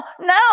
no